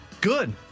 Good